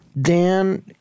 Dan